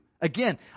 again